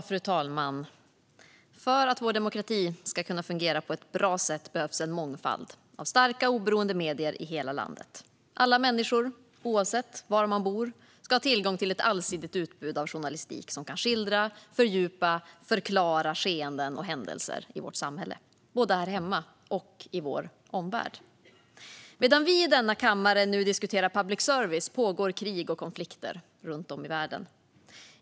Fru talman! För att vår demokrati ska kunna fungera på ett bra sätt behövs en mångfald av starka och oberoende medier i hela landet. Alla människor, oavsett var de bor, ska ha tillgång till ett allsidigt utbud av journalistik som kan skildra, fördjupa och förklara skeenden och händelser i vårt samhälle, både här hemma och i vår omvärld. Medan vi i denna kammare nu diskuterar public service pågår krig och konflikter runt om i världen.